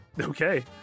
okay